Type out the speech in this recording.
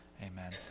Amen